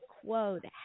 quote